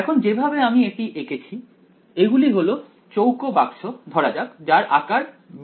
এখন যেভাবে আমি এটি এঁকেছি এগুলি হল চৌকো বাক্স ধরা যাক যার আকার b